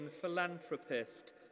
philanthropist